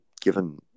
given